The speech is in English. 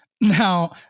Now